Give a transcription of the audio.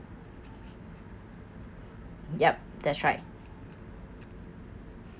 yup that's right